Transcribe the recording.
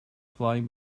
flying